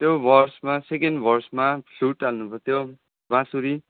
त्यो भर्समा सेकेन्ड भर्समा फ्लुट हाल्नुपर्थ्यो बाँसुरी